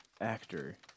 actor